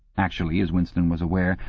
actually, as winston was aware,